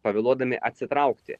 pavėluodami atsitraukti